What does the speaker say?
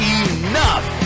enough